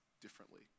differently